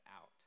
out